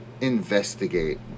investigate